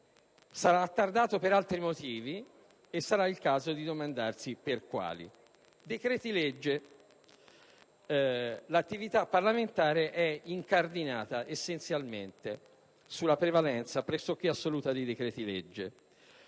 Sarà attardato per altri motivi e sarà il caso di domandarsi per quali. Inoltre, l'attività parlamentare è incardinata essenzialmente sulla prevalenza, pressoché assoluta, dei decreti-legge.